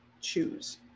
choose